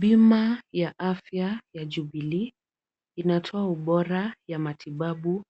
Bima ya afya ya Jubilee, inatoa ubora ya matibabu